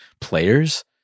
players